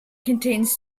contains